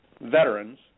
veterans